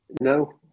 no